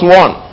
one